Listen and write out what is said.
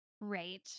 Right